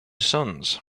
sons